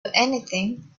anything